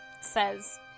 says